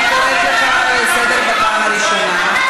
אני קוראת אותך לסדר פעם ראשונה.